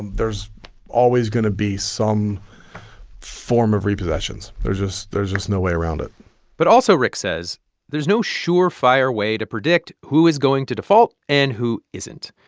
there's always going to be some form of repossessions. there's just there's just no way around it but also, rick says there's no sure-fire way to predict who is going to default and who isn't.